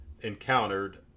encountered